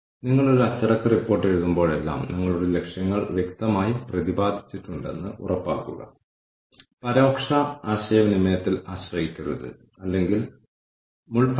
അതിനാൽ സമതുലിതമായ സ്കോർകാർഡ് എന്നത് പ്രവർത്തന യൂണിറ്റുകളുടെ വ്യക്തിഗത പ്രക്രിയകളിലെ വ്യക്തിഗത ജീവനക്കാരുടെ സ്കോർകാർഡാണ് അത് ഓർഗനൈസേഷന്റെ കാഴ്ചപ്പാടും തന്ത്രവും അടിസ്ഥാനമാക്കി വിലയിരുത്തപ്പെടുന്നു